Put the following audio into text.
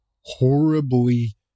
horribly